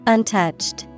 Untouched